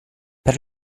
per